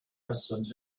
president